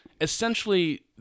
essentially